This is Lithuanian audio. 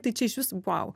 tai čia išvis vau